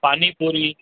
पानी पूरी